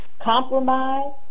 compromise